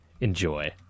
Enjoy